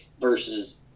versus